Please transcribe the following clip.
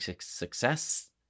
success